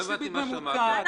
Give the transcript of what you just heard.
לא הבנתי מה שאמרת.